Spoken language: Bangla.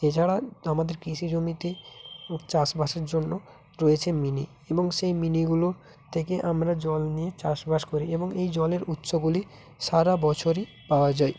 এছাড়াও আমাদের কৃষি জমিতে চাষবাসের জন্য রয়েছে মিনি এবং সেই মিনিগুলো থেকে আমরা জল নিই চাষবাস করি এবং এই জলের উৎসগুলি সারা বছরই পাওয়া যায়